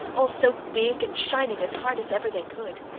all so big and shining as hard as ever they could!